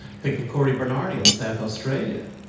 think of cory bernardi in south australia,